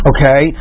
Okay